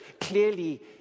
Clearly